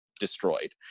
destroyed